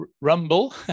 rumble